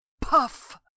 Puff